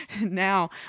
Now